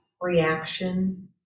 reaction